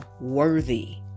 worthy